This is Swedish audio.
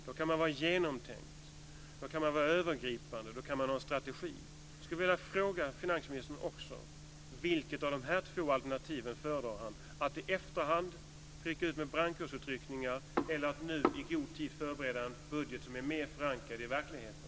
Då kan man handla genomtänkt och övergripande. Då kan man ha en strategi. Jag skulle också vilja fråga finansministern vilket av de här två alternativen som han föredrar: att i efterhand göra brandkårsutryckningar eller att nu i god tid förbereda en budget som är mer förankrad i verkligheten.